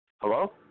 Hello